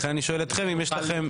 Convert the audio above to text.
לכן אני שואל אתכם אם יש לכם,